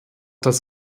das